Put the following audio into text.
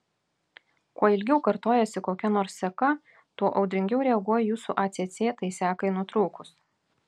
kuo ilgiau kartojasi kokia nors seka tuo audringiau reaguoja jūsų acc tai sekai nutrūkus